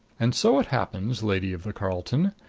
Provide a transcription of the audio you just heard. and so it happens, lady of the carlton,